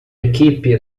equipe